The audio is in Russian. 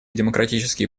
демократические